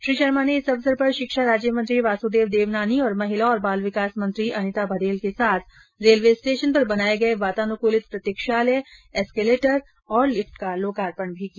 श्री शर्मा ने इस अवसर पर शिक्षा राज्य मंत्री वासुदेव देवनानी और महिला और बाल विकास मंत्री अनिता मदेल के साथ रेलवे स्टेशन पर बनाये गए वातानुकूलित प्रतीक्षालय एस्केलेटर और लिफ्ट का लोकार्पण भी किया